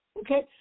Okay